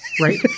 right